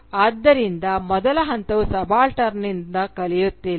ಆದ್ದರಿಂದ ಮೊದಲ ಹಂತವು ಸಬಾಲ್ಟರ್ನ್ನಿಂದ ಕಲಿಯುತ್ತಿಲ್ಲ